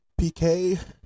PK